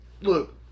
look